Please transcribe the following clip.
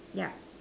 yup